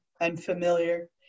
unfamiliar